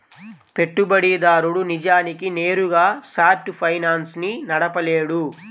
పెట్టుబడిదారుడు నిజానికి నేరుగా షార్ట్ ఫైనాన్స్ ని నడపలేడు